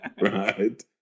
right